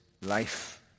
life